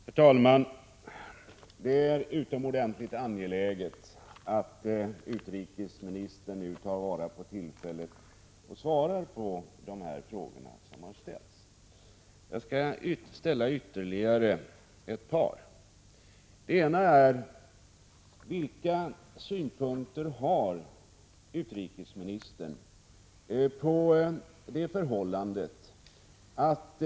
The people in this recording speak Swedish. Herr talman! Det är utomordentligt angeläget att utrikesministern nu tar vara på tillfället och svarar på de frågor som har ställts. Jag skall ställa ytterligare ett par. Vilka synpunkter har utrikesministern på det förhållandet att s.k. Prot.